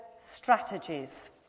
strategies